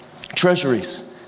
treasuries